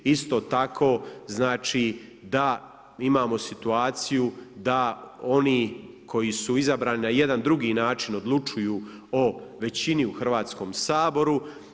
Isto tako znači da imamo situaciju da oni koji su izabrani na jedan drugi način odlučuju o većini u Hrvatskom saboru.